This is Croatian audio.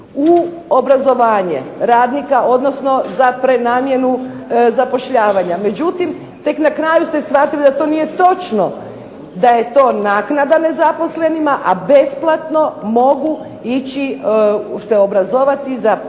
u obrazovanje radnika, odnosno za prenamjenu zapošljavanja. Međutim, tek na kraju ste shvatili da to nije točno da je to naknada nezaposlenima, a besplatno mogu ići se obrazovati za promjenu